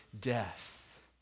death